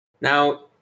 Now